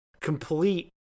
complete